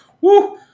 Woo